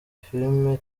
filime